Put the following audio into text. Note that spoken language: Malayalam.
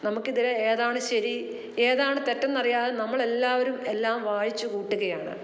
നമുക്ക് ഇതിൽ ഏതാണ് ശരി ഏതാണ് തെറ്റെന്നറിയാതെ നമ്മളെല്ലാവരും എല്ലാം വായിച്ചു കൂട്ടുകയാണ്